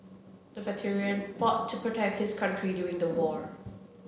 the veteran fought to protect his country during the war